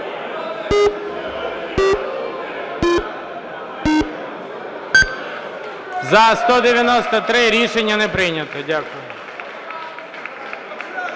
За-193 Рішення не прийнято. Дякую.